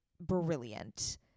brilliant